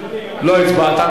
לא הצבעת,